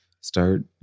start